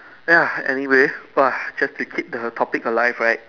ya anyway !wah! just to keep the topic alive right